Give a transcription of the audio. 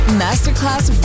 masterclass